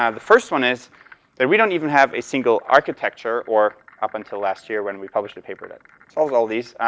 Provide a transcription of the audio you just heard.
the first one is that we don't even have a single architecture, or up until last year when we published a paper that solves all these,